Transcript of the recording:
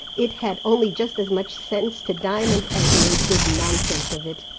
it had only just as much sense to diamond as made good nonsense of it.